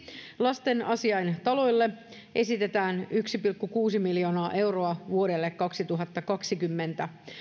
lastenasiaintaloille esitetään yksi pilkku kuusi miljoonaa euroa vuodelle kaksituhattakaksikymmentä